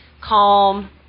calm